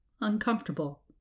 uncomfortable